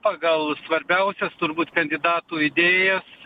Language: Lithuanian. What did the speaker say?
pagal svarbiausias turbūt kandidatų idėjas